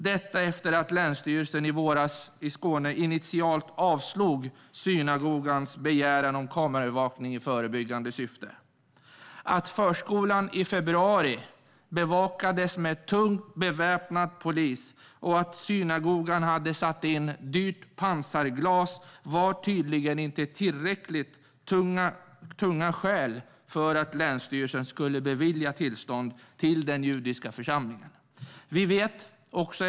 Detta har skett efter det att Länsstyrelsen Skåne i våras initialt avslog synagogans begäran om kameraövervakning i förebyggande syfte. Att förskolan i februari bevakades med tungt beväpnad polis och att representanter för synagogan hade satt in dyrt pansarglas var tydligen inte ett tillräckligt skäl för att länsstyrelsen skulle bevilja tillstånd till Judiska Församlingen i Malmö.